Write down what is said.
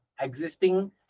existing